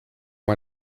man